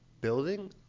building